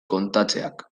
kontatzeak